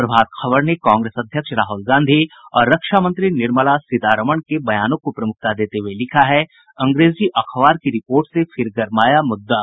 प्रभात खबर ने कांगेस अध्यक्ष राहुल गांधी और रक्षा मंत्री निर्मला सीतारमण के बयानों को प्रमुखता देते हुये लिखा है अंग्रेजी अखबार की रिपोर्ट से फिर गरमाया मुद्दा